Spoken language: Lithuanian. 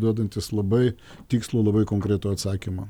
duodantis labai tikslų labai konkretų atsakymą